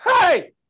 Hey